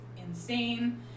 insane